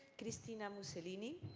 cristina mussinelli.